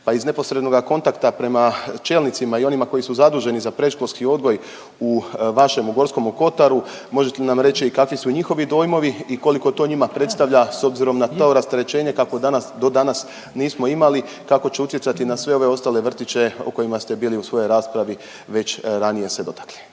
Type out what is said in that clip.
pa iz neposrednoga kontakta prema čelnicima i onima koji su zaduženi za predškolski odgoj u vašemu Gorskomu kotaru, možete li nam reći i kakvi su njihovi dojmovi i koliko to njima predstavlja s obzirom na to rasterećenje kakvo danas, do danas nismo imali. Kako će utjecati na sve ove ostale vrtiće u kojima ste bili u svojoj raspravi već ranije se dotakli?